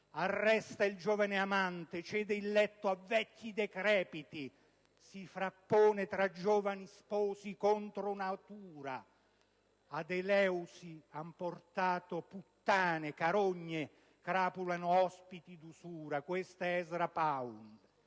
arresta il giovane amante, cede il letto a vecchi decrepiti, si frappone tra giovani sposi, contro natura. Ad Eleusi han portato puttane, carogne crapulano ospiti d'usura». Questa poesia è di